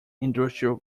industrial